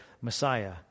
Messiah